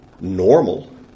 normal